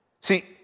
See